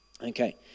Okay